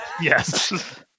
Yes